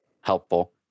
helpful